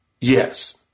Yes